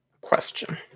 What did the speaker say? question